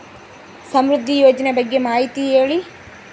ಸಮೃದ್ಧಿ ಯೋಜನೆ ಬಗ್ಗೆ ಮಾಹಿತಿ ಹೇಳಿ?